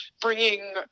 bringing